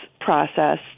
process